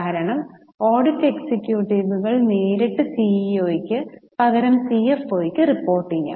കാരണം ഓഡിറ്റ് എക്സിക്യൂട്ടീവുകൾ നേരിട്ട് സിഇഒയ്ക്ക് പകരം സിഎഫ്ഒയ്ക്ക് റിപ്പോർട്ട് ചെയ്യാം